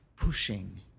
pushing